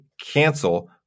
cancel